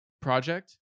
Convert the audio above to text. project